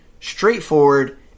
straightforward